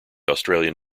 australian